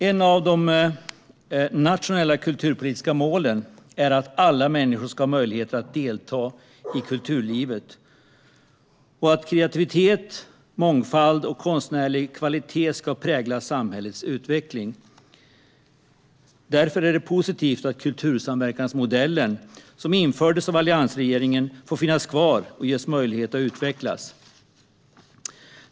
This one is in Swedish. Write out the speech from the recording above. Två av de nationella kulturpolitiska målen är att alla människor ska ha möjlighet att delta i kulturlivet och att kreativitet, mångfald och konstnärlig kvalitet ska prägla samhällets utveckling. Därför är det positivt att kultursamverkansmodellen, som infördes av alliansregeringen, får finnas kvar och ges möjlighet att utvecklas.